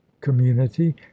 community